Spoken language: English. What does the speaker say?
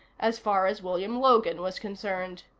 as far as william logan was concerned.